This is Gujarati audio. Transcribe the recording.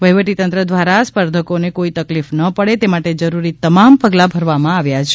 વહીવટી તંત્ર દવરા સ્પર્ધકો ને કોઈ તકલીફ ના પડે તે માટે જરૂરી તમામ પગલાં ભરવા માં આવ્યા છે